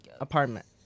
apartment